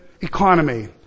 economy